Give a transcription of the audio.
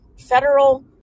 federal